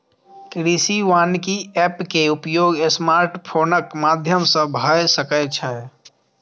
कृषि वानिकी एप के उपयोग स्मार्टफोनक माध्यम सं भए सकै छै